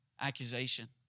accusation